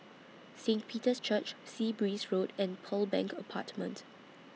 Saint Peter's Church Sea Breeze Road and Pearl Bank Apartment